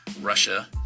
Russia